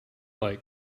like